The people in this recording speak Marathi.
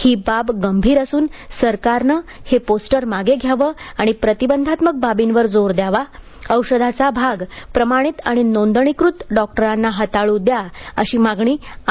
ही बाब गंभीर असून सरकारने हे पोस्टर मागे घ्यावे आणि प्रतिबंधात्मक बाबींवर जोर द्यावा औषधाचा भाग प्रमाणित आणि नोंदणीकृत डॉक्टरांना हाताळू द्या अशी मागणी आय